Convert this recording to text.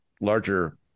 larger